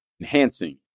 enhancing